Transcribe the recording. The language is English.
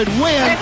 win